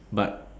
but